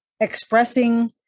expressing